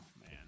man